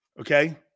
Okay